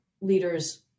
leaders